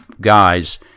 guys